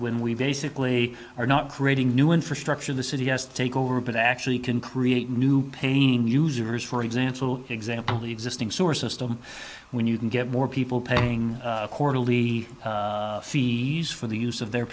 when we basically are not creating new infrastructure the city has to take over but actually can create new pain users for example example the existing sources them when you can get more people paying quarterly feeds for the use of their